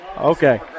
Okay